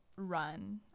run